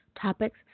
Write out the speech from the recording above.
topics